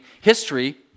history